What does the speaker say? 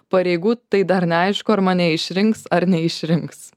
pareigų tai dar neaišku ar mane išrinks ar neišrinks